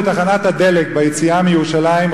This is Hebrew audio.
בתחנת הדלק ביציאה מירושלים,